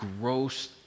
gross